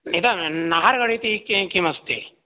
इदं नार्गडिति कि किमस्ति